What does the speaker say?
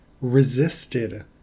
resisted